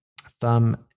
Thumb